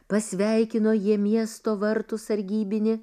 pasveikino jie miesto vartų sargybinį